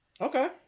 okay